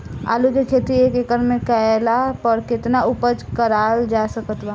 आलू के खेती एक एकड़ मे कैला पर केतना उपज कराल जा सकत बा?